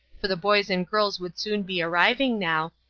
for the boys and girls would soon be arriving now,